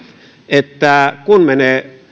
että kun menee